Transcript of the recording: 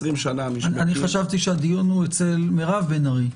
אני חשבתי שהדיון הוא אצל מירב בן ארי.